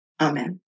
amen